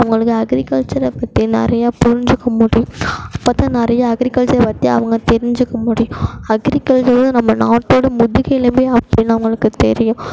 அவங்களுக்கு அக்ரிகல்ச்சரை பற்றி நிறையா புரிஞ்சுக்க முடியும் அதை பற்றி நிறையா அக்ரிகல்ச்சர் பற்றி அவங்க தெரிஞ்சிக்க முடியும் அக்ரிகல்ச்சரு நம்ம நாட்டோட முதுகெலும்பு அப்படினு அவங்களுக்கு தெரியும்